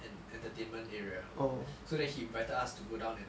and entertainment area so then he invited us to go down and like